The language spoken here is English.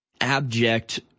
abject